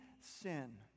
sin